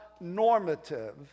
normative